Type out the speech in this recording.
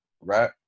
right